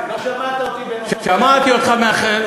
לא שמעת אותי, שמעתי אותך מאחל.